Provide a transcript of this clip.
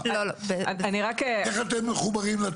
אני מתכוון לעשות ישיבות מעקב אחת לתקופה.